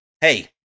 Hey